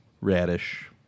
radish